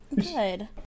Good